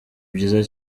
byiza